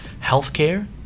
Healthcare